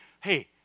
Hey